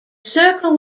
circle